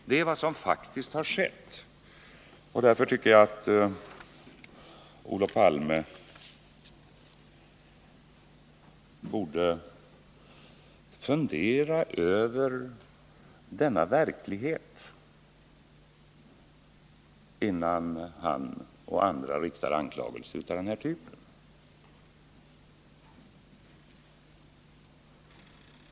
Det är vad som faktiskt har skett, och jag tycker att Olof Palme borde fundera över denna verklighet, innan han och andra kommer med anklagelser av den här typen.